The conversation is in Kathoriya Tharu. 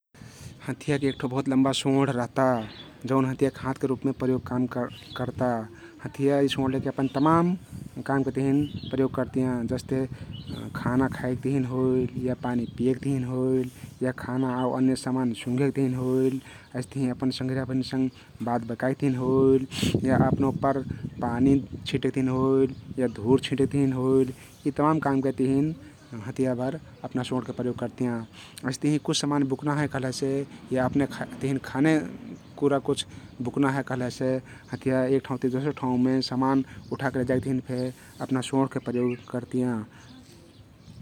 हाँथियाक एक ठो बहुत लम्बा सोंढ रहता जउन हाँथियाक हाथके रुपमे प्रयोग कर्ता । हाँथिया यी सोंढ लैके अपना तमाम कामके तहिन प्रयोग करतियाँ । जस्ते खाना खाइक तहिन होइल या पानी पिएक तहिन होइल या खाना आउ अन्य सामान सँघेक तहिन होइल । अइस्तहिं अपन संघरिया भरिन संघ बात बतकाइक तहिन होइल या अपन उप्पर पानी छिंटेक तहिन होइल या धुर छिंटेक तहिन होइल यी तमान कामके तहिन हाँथियाभर अपन सोंढके प्रयोग करतियाँ । अइस्तहिं कुछ सामान बुक्ना हे कहलेसे या अपने तहिन खाने कुरा कुछ बुक्ना हे कहलेसे हाँथिया एक ठाउँ ति दोसर ठाउँमे समान उठाके लैजाइक तहिन फे अपना सोंढके प्रयोग करतियाँ ।